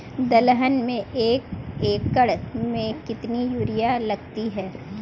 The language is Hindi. दलहन में एक एकण में कितनी यूरिया लगती है?